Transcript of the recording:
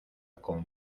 con